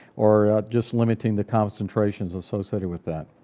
or just limiting the concentrations associated with that.